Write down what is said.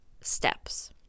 steps